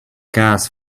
gas